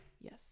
Yes